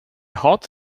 hot